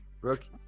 Rookie